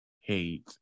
hate